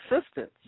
assistance